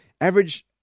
average